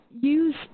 use